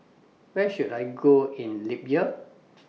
Where should I Go in Libya